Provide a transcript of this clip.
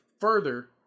further